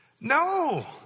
No